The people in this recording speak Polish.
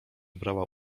brała